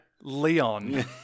Leon